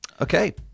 Okay